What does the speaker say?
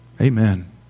Amen